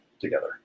together